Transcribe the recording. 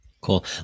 Cool